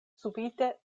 subite